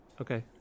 Okay